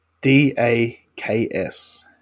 D-A-K-S